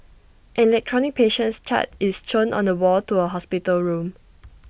an electronic patient chart is shown on the wall to A hospital room